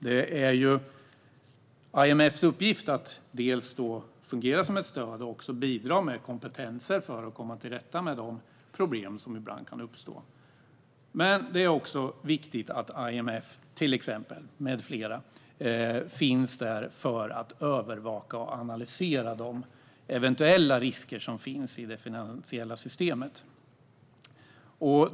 Det är IMF:s uppgift att dels fungera som ett stöd, dels bidra med kompetens för att komma till rätta med de problem som ibland kan uppstå. Men det är också viktigt att IMF med flera övervakar och analyserar de eventuella risker som finns i det finansiella systemet.